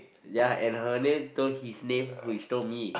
ya and her name told his name who is told me